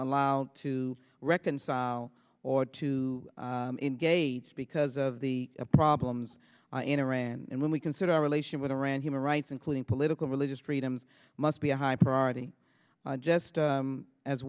allowed to reconcile or to engage because of the problems in iran and when we consider our relation with iran human rights including political religious freedoms must be a high priority just